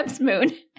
Moon